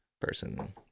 person